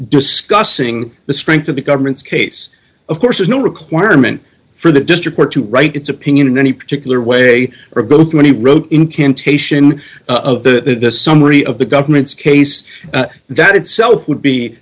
discussing the strength of the government's case of course is no requirement for the district court to write its opinion in any particular way or both many wrote incantation of the summary of the government's case that itself would be